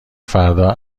فردا